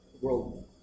world